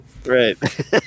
Right